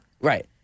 Right